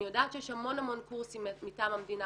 אני יודעת שיש המון קורסים מטעם המדינה